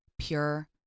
pure